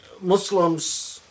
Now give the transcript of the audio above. Muslims